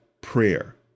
prayer